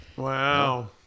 Wow